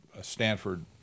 Stanford